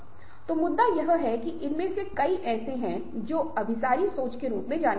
तो मुद्दा यह है कि इनमें से कई ऐसे हैं जो अभिसारी सोच के रूप में जाने जाते हैं